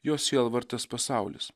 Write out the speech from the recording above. jo sielvartas pasaulis